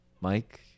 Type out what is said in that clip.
Mike